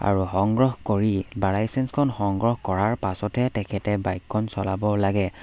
আৰু সংগ্ৰহ কৰি বা লাইচেঞ্চখন সংগ্ৰহ কৰাৰ পাছতহে তেখেতে বাইকখন চলাব লাগে